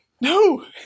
No